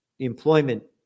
employment